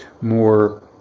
more